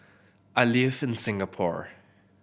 I live in Singapore